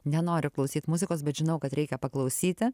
nenoriu klausyt muzikos bet žinau kad reikia paklausyti